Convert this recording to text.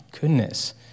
goodness